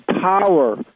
power